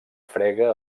frega